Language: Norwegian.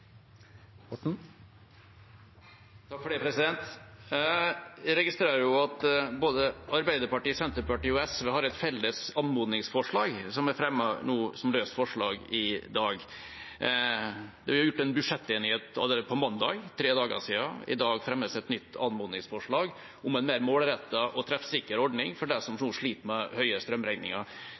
SV har et felles anmodningsforslag som er fremmet som løst forslag nå i dag. Det ble en budsjettenighet allerede på mandag, for tre dager siden. I dag fremmes et nytt anmodningsforslag om en mer målrettet og treffsikker ordning for dem som nå sliter med høye strømregninger.